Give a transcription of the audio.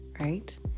right